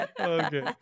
Okay